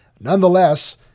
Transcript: Nonetheless